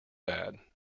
bad